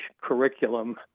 curriculum